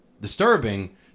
disturbing